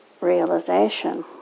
realization